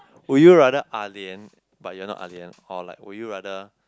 would you rather ah lian but you are not ah lian or like would you rather